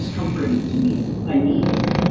comforting to me. i need it it